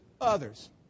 others